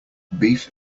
beef